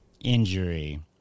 injury